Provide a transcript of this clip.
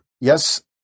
Yes